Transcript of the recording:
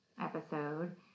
episode